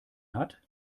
hat